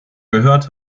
gehört